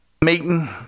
meeting